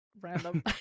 Random